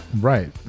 right